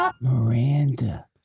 Miranda